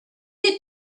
you